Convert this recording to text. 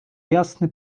jasny